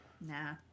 Nah